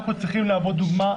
אנחנו צריכים להוות דוגמה,